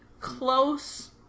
close